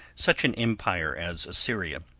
such an empire as assyria.